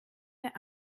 wer